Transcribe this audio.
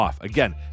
Again